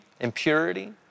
impurity